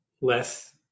less